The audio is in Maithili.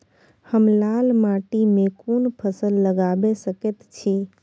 हम लाल माटी में कोन फसल लगाबै सकेत छी?